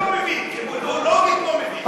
אני לא מבין, לוגית לא מבין.